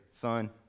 son